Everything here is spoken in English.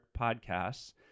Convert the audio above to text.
podcasts